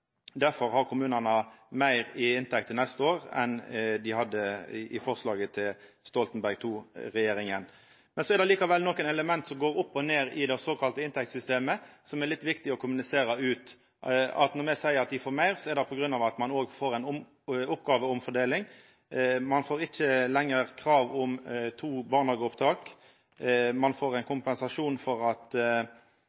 Derfor har kommunane meir i inntekt til neste år enn dei hadde med forslaget frå Stoltenberg II-regjeringa. Så er det likevel nokre element som går opp og ned i det såkalla inntektssystemet, som det er litt viktig å kommunisera ut: Når me seier at dei får meir, er det på grunn av at ein òg får ei oppgåveomfordeling. Ein får ikkje lenger krav om to barnehageopptak, ein får kompensasjon for at ein